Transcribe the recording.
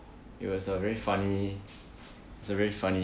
it was a very funny it's a very funny